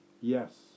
Yes